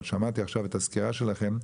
אבל שמעתי עכשיו את הסקירה שלכם,